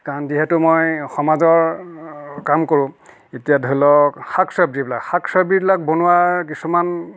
কাৰণ যিহেটো মই সমাজৰ কাম কৰোঁ এতিয়া ধৰি লওক শাক চব্জিবিলাক শাক চব্জিবিলাক বনোৱাৰ কিছুমান